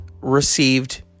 received